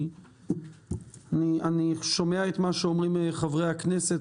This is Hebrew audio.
אני שומע את מה שאומרים חברי הכנסת,